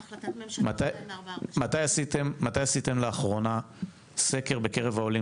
מהחלטת ממשלה 2446. מתי לאחרונה עשיתם סקר בקרב העולים